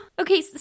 okay